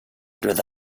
through